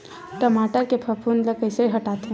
टमाटर के फफूंद ल कइसे हटाथे?